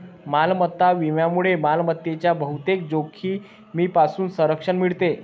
मालमत्ता विम्यामुळे मालमत्तेच्या बहुतेक जोखमींपासून संरक्षण मिळते